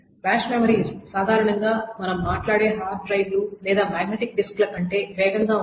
flash memories సాధారణం గా మనం మాట్లాడే హార్డ్ డ్రైవ్లు లేదా మాగ్నెటిక్ డిస్క్ల కంటే వేగంగా ఉంటాయి